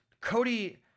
Cody